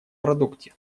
продукте